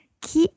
qui